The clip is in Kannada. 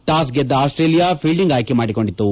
ಟಾಸ್ ಗೆದ್ದ ಆಸ್ವೇಲಿಯಾ ಫೀಲ್ಡಿಂಗ್ ಆಯ್ತೆ ಮಾಡಿಕೊಂಡಿತು